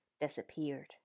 disappeared